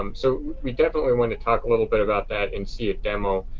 um so we definitely want to talk a little bit about that and see a demo.